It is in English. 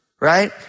right